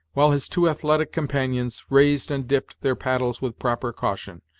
while his two athletic companions raised and dipped their paddles with proper caution,